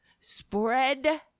spread